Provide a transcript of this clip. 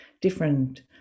different